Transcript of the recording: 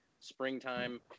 springtime